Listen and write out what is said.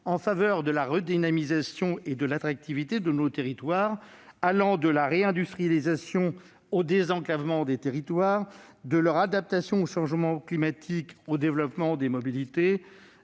en faveur de la redynamisation et de l'attractivité de nos territoires, de la réindustrialisation au désenclavement des territoires ruraux, de leur adaptation au changement climatique au développement des mobilités,